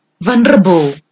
Vulnerable